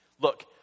Look